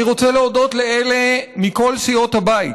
אני רוצה להודות לאלה מכל סיעות הבית